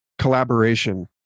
collaboration